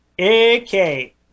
Okay